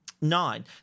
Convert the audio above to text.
nine